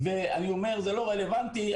לא רלוונטי.